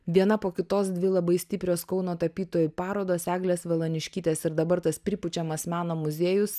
viena po kitos dvi labai stiprios kauno tapytojų parodos eglės velaniškytės ir dabar tas pripučiamas meno muziejus